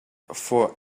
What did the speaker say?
for